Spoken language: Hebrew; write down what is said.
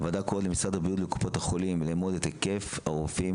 הוועדה קוראת למשרד הבריאות ולקופות החולים לאמוד את היקף הרופאים